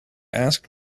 asked